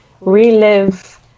relive